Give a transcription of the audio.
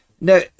No